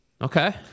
Okay